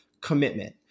commitment